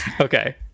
Okay